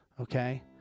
okay